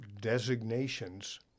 designations